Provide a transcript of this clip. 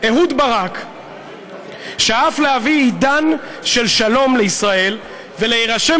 "אהוד ברק שאף להביא עידן של שלום לישראל ולהירשם